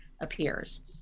appears